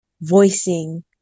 voicing